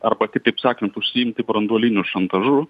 arba kitaip sakant užsiimti branduoliniu šantažu